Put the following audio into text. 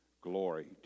Glory